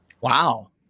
Wow